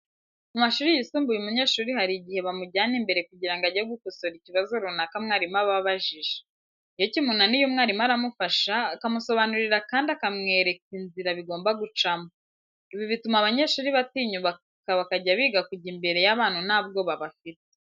Mu mashuri yisumbuye umunyeshuri hari igihe bamujyana imbere kugira ngo ajye gukosora ikibazo runaka mwarimu aba abajije. Iyo kimunaniye mwarimu aramufasha, akamusobanurira kandi akamwereka inzira bigomba gucamo. Ibi bituma abanyeshuri batinyuka bakajya biga kujya imbere y'abantu nta bwoba bafite.